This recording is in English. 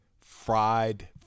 Fried